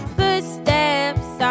Footsteps